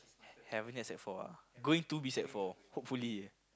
haven't yet sec-four ah going to be sec-four hopefully